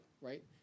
right